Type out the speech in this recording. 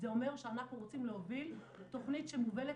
זה אומר שאנחנו רוצים להוביל תכנית שמובלת